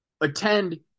attend